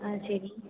ஆ சரி